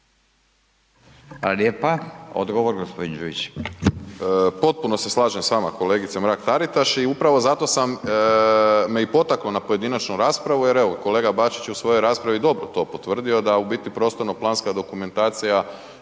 lijepa. Odgovor gospodin Đujić. **Đujić, Saša (SDP)** Potpuno se slažem s vama kolegice Mrak TAritaš i upravo zato me i potaklo na pojedinačnu raspravu jer evo kolega Bačić je u svojoj raspravi dobro to potvrdio da u biti prostorno planska dokumentacija